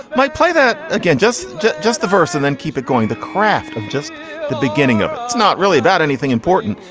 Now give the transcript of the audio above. my play that again, just just just the verse and then keep it going. the craft of just the beginning of it's not really about anything important.